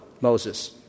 Moses